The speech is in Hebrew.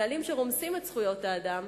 נהלים שרומסים את זכויות האדם,